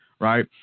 right